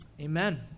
Amen